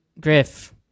Griff